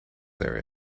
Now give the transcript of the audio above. there